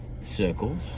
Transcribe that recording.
circles